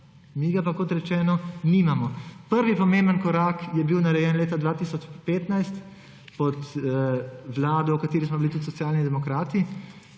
Mi ga pa, kot rečeno, nimamo. Prvi pomemben korak je bil narejen leta 2015 pod vlado, v kateri smo bili tudi Socialni demokrati,